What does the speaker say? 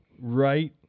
Right